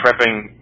prepping